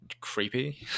creepy